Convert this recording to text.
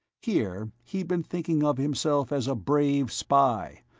here he'd been thinking of himself as a brave spy,